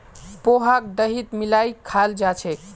पोहाक दहीत मिलइ खाल जा छेक